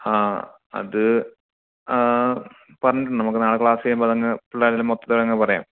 ആ അത് പറഞ്ഞിട്ടുണ്ട് നമുക്ക് നാളെ ക്ലാസ് കഴിയുമ്പോൾ അതങ്ങ് പിള്ളേരോട് മൊത്തത്തിലങ്ങ് പറയാം